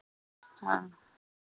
ਹਾਂ